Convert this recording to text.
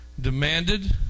demanded